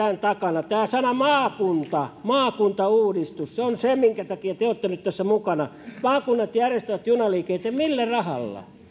on tämän takana tämä sana maakunta maakuntauudistus on se minkä takia te olette nyt tässä mukana maakunnat järjestävät junaliikenteen millä rahalla